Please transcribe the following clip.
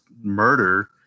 murder